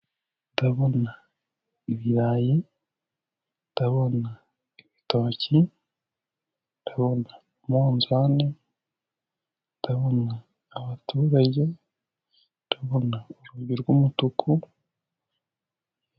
Ndabona ibirayi, ndabona ibitoki, ndabona umunzani, ndabona abaturage, ndabona urugi rw'umutuku.